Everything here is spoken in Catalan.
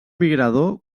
migrador